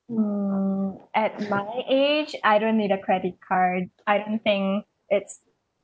mm at my age I don't need a credit card I don't thing it's